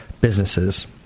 businesses